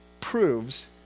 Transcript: proves